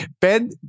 Ben